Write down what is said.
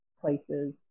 places